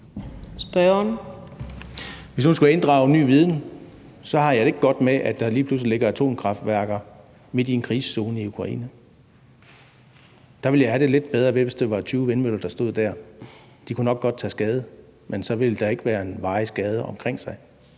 Hvis nu man skulle inddrage ny viden, har jeg det ikke godt med, at der lige pludselig ligger atomkraftværker midt i en krigszone i Ukraine. Jeg ville have det lidt bedre med det, hvis det var 20 vindmøller, der stod der. De kunne nok godt tage skade, men så ville der ikke være en varig skade omkring dem.